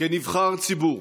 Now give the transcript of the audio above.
כנבחר ציבור,